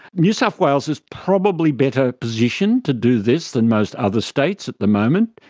new south wales is probably better positioned to do this than most other states at the moment,